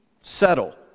Settle